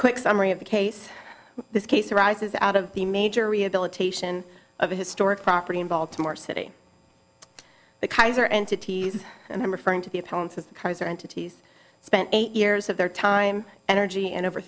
quick summary of the case this case arises out of the major rehabilitation of historic property in baltimore city the kaiser entities and i'm referring to the opponents of kaiser entity's spent eight years of their time energy and over